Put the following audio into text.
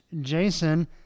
Jason